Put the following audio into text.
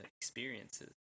experiences